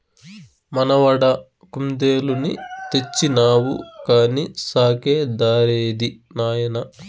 మనవడా కుందేలుని తెచ్చినావు కానీ సాకే దారేది నాయనా